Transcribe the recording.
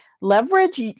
leverage